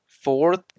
Fourth